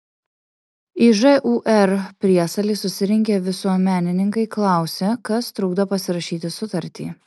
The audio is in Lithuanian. į žūr priesalį susirinkę visuomenininkai klausė kas trukdo pasirašyti sutartį